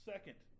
Second